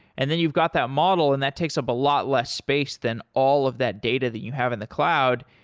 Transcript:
and then you've got that model and that takes up a lot less space than all of that data that you have in the cloud,